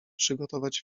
przygotować